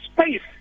space